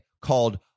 called